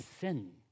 sin